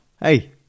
Hey